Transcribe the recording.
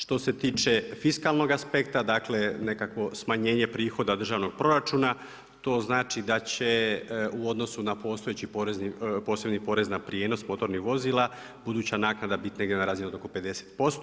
Što se tiče fiskalnoga aspekta, nekakvo smanjenje prihoda od državnog proračuna to znači da će u odnosu na postojeći posebni porez na prijenos motornih vozila, buduća naknada biti negdje na razini oko 50%